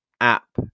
app